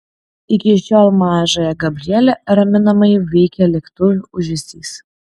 iki šiol mažąją gabrielę raminamai veikia lėktuvų ūžesys